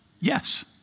Yes